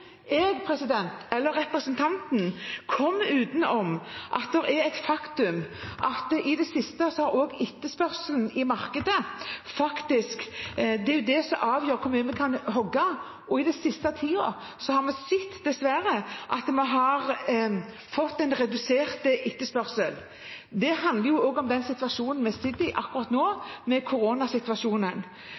jeg eller representanten kommer utenom at det er et faktum at det er etterspørselen i markedet som avgjør hvor mye vi kan hogge, og i den siste tiden har vi dessverre sett at vi har hatt en redusert etterspørsel. Det handler jo også om den situasjonen vi er i akkurat nå, koronasituasjonen. Som en oppfølging av bioøkonomistrategien har regjeringen styrket og også gjort noe med